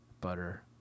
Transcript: butter